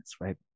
right